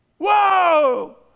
Whoa